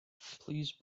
please